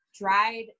dried